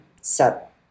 set